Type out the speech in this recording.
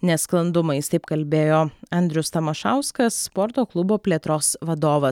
nesklandumais taip kalbėjo andrius tamašauskas sporto klubo plėtros vadovas